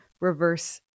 reverse